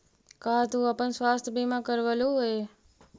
का तू अपन स्वास्थ्य बीमा करवलू हे?